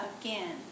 again